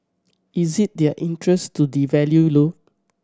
is it their interest to devalue low